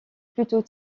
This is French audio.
plutôt